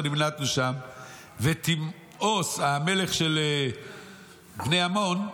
נמלטנו שמה וטימותאוס" המלך של בני עמון,